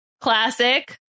classic